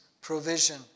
provision